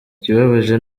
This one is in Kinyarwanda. ikibabaje